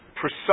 precise